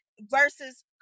versus